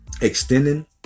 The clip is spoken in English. Extending